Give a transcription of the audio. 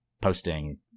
posting